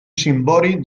cimbori